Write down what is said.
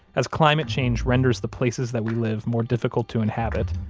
as climate change renders the places that we live more difficult to inhabit,